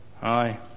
Hi